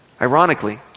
Ironically